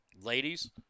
ladies